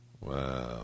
Wow